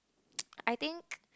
I think